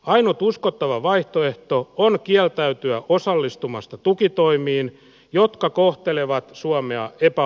ainut uskottava vaihtoehto on kieltäytyä osallistumasta tukitoimiin jotka kohtelevat suomea jopa